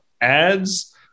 ads